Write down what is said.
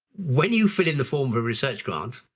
when you fill in the form of a research grant,